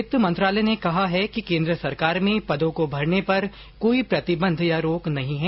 वित्त मंत्रालय ने कहा है कि केंद्र सरकार में पदों को भरने पर कोई प्रतिबंध या रोक नहीं है